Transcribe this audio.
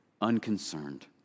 unconcerned